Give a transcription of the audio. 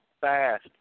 fast